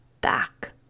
back